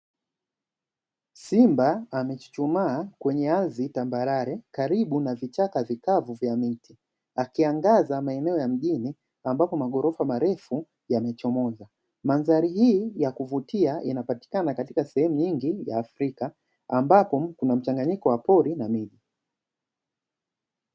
Simba amechuchumaa kwenye ardhi tambarare karibu na vichaka vikavu vya miti akiangaza maeneo ya mjini ambapo maghorofa marefu yamechomoza. Mandhari hii ya kuvutia inapatikana katika sehemu nyingi ya Afrika ambapo kuna mchanganyiko wa pori na miti.